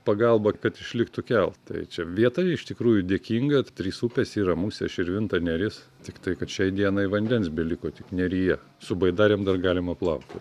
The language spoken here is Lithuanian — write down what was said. pagalba kad išliktų keltas tai čia vieta iš tikrųjų dėkinga trys upės yra musė širvinta neris tiktai kad šiai dienai vandens beliko tik neryje su baidarėm dar galima plaukiot